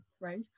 right